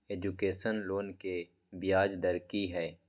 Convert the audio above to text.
Education loan के ब्याज दर की हय?